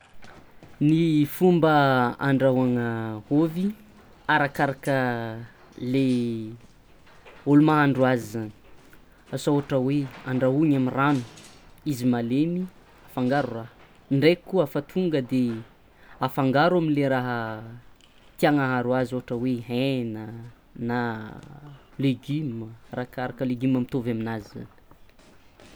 Ny fomba handrahoana ovy arakaraka le olo mahandro azy zany asa ohatra hoe andrahoiny amy rano, izy malemy afangaro raha ndriky koa afa tonga de afangaro amle raha tiagna aharo azy ohatra hoe hena na legioma arakaraka legioma mitovy aminazy.